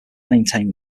maintain